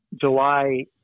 July